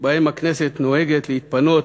שבהם היא נוהגת להתפנות